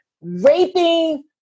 raping